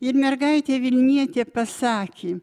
ir mergaitė vilnietė pasakė